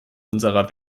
unserer